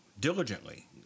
diligently